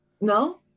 no